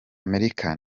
amerika